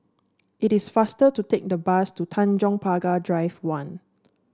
it is faster to take the bus to Tanjong Pagar Drive One